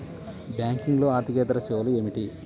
బ్యాంకింగ్లో అర్దికేతర సేవలు ఏమిటీ?